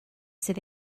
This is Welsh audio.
sydd